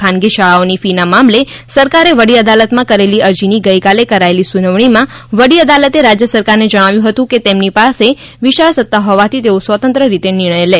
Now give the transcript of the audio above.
ખાનગી શાળાઓની ફી ના મામલે સરકારે વડી અદાલતમાં કરેલી અરજીની ગઇકાલે કરાયેલી સુનાવણીમાં વડી અદાલતે રાજ્ય સરકારને જણાવ્યું હતું કે તેમની પાસે વિશાળ સત્તાહોવાથી તેઓ સ્વતંત્ર રીતે નિર્ણય લે